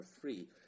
free